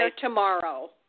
tomorrow